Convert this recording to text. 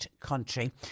country